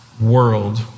world